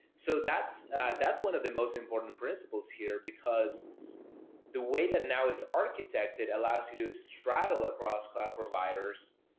so that's that's one of the most important principles here, because the way that now is architected allows you to startle across cloud providers.